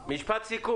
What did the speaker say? גברתי, משפט סיכום.